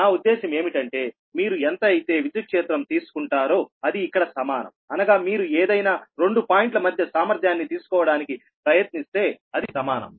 నా ఉద్దేశం ఏమిటంటే మీరు ఎంత అయితే విద్యక్షేత్రం తీసుకుంటారో అది ఇక్కడ సమానం అనగా మీరు ఏదైనా 2 పాయింట్ల మధ్య సామర్థ్యాన్ని తీసుకోవడానికి ప్రయత్నిస్తే అది సమానం